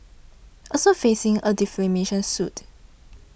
also facing a defamation suit